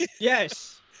Yes